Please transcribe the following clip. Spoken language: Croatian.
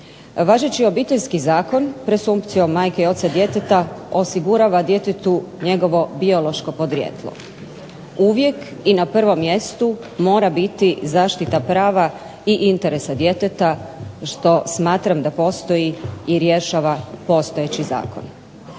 Važeći Obiteljski zakon presumpcijom majke i oca djeteta osigurava djetetu njegovo biološko podrijetlo. Uvijek i na prvom mjestu mora biti zaštita prava i interesa djeteta što smatram da postoji i rješava postojeći zakon.